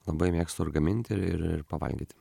labai mėgstu ir gaminti ir pavalgyti